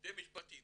שני משפטים.